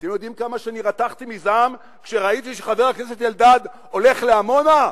אתם יודעים כמה אני רתחתי מזעם כשראיתי שחבר הכנסת אלדד הולך לעמונה?